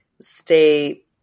stay